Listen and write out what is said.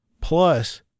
Plus